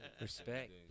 Respect